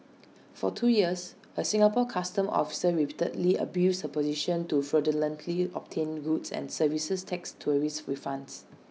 for two years A Singapore Customs officer repeatedly abused her position to fraudulently obtain rules and services tax tourist refunds